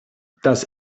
das